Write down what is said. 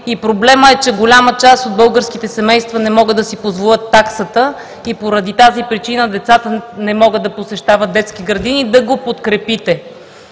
проблемът е, че голяма част от българските семейства не могат да си позволят таксата и поради тази причина децата не могат да посещават детски градини, да го подкрепите.